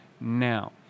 Now